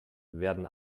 werden